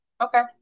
Okay